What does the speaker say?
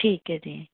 ਠੀਕ ਹੈ ਜੀ